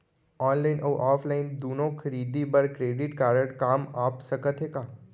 Online अऊ offline दूनो खरीदी बर क्रेडिट कारड काम आप सकत हे का?